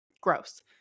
Gross